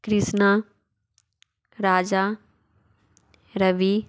Krishna Raja Ravi